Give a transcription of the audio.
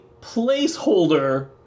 placeholder